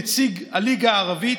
נציג הליגה הערבית,